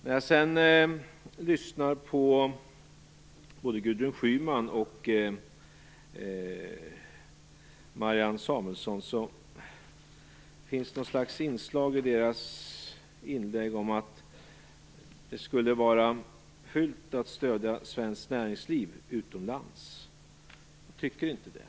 Det fanns något slags inslag i både Gudrun Schymans och Marianne Samuelssons inlägg av att det skulle vara fult att stödja svenskt näringsliv utomlands. Jag tycker inte det.